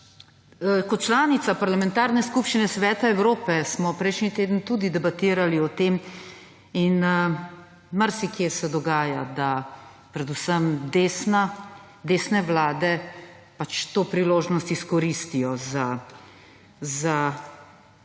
Sem članica Parlamentarne skupščine Sveta Evrope in prejšnji teden smo tudi debatirali o tem, kajti marsikje se dogaja, da predvsem desne vlade to priložnost izkoristijo za širjenje